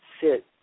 sit